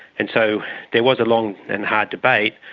and so there was a long and hard debate,